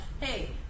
Hey